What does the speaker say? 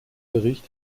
bericht